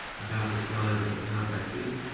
about the size of a car battery,